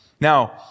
Now